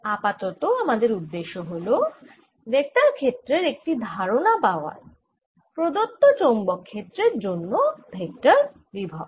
আপাতত আমাদের উদ্দেশ্য হল ভেক্টর ক্ষেত্রের একটি ধারণা পাওয়ার প্রদত্ত চৌম্বক ক্ষেত্রের জন্য ভেক্টর বিভব